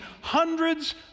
hundreds